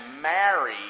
married